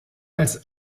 als